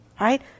Right